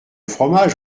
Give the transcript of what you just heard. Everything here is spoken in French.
fromage